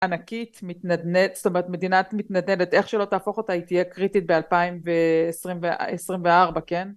ענקית מתנדנת זאת אומרת מדינת מתנדנת איך שלא תהפוך אותה היא תהיה קריטית באלפיים ועשרים, עשרים וארבע, כן?